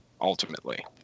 ultimately